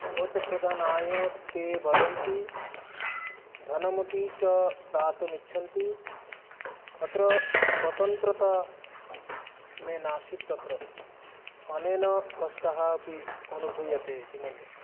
vote प्रदानाय ते वदन्ति धनमपि च दातुमिच्छन्ति अत्र स्वतन्त्रता मे नासीत् तत्र अनेन कष्टः अपि अनुभूयते इति मन्ये